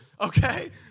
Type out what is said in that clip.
Okay